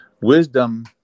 wisdom